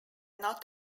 not